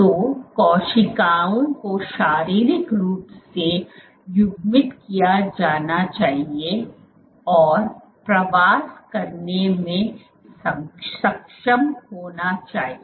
तो कोशिकाओं को शारीरिक रूप से युग्मित किया जाना चाहिए और प्रवास करने में सक्षम होना चाहिए